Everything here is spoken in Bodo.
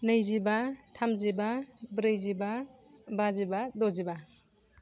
नैजिबा थामजिबा ब्रैजिबा बाजिबा द'जिबा